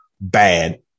bad